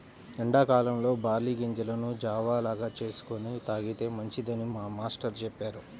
ఎండా కాలంలో బార్లీ గింజలను జావ లాగా చేసుకొని తాగితే మంచిదని మా మేష్టారు చెప్పారు